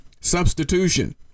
substitution